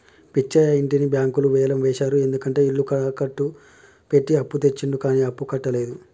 పిచ్చయ్య ఇంటిని బ్యాంకులు వేలం వేశారు ఎందుకంటే ఇల్లు తాకట్టు పెట్టి అప్పు తెచ్చిండు కానీ అప్పుడు కట్టలేదు